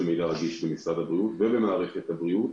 מידע רגיש במשרד הבריאות ובכל מערכת הבריאות,